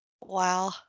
Wow